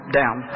down